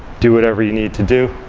do whatever you need to do.